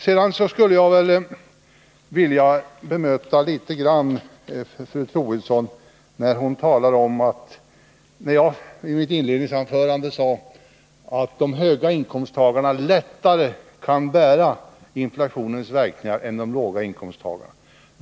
Sedan skulle jag vilja bemöta fru Troedsson när hon talar om att jag i mitt inledningsanförande sade att höginkomsttagarna lättare kan bära inflationens verkningar än låginkomsttagarna.